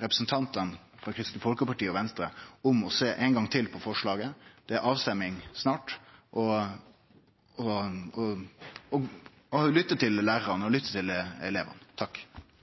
representantane frå Kristeleg Folkeparti og Venstre om å sjå ein gong til på forslaget – det er avstemming snart – og lytte til lærarane og lytte til elevane.